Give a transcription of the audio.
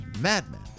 madman